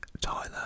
Tyler